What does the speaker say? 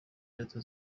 leta